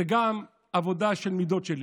זאת גם עבודה של מידות שלי.